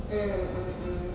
mm mm mm